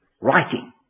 Writing